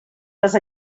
les